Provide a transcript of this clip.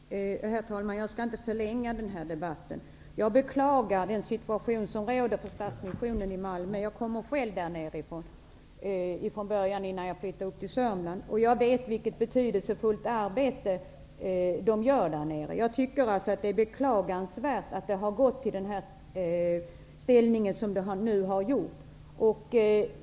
Herr talman! Jag skall inte förlänga denna debatt. Jag beklagar den situation som råder på Stadsmissionen i Malmö. Jag kommer ju själv från Malmö, men jag flyttade sedan till Södermanland. Jag vet vilket betydelsefullt arbete som Stadsmissionen gör där. Jag tycker alltså att det är beklagligt att det har gått som det har gjort.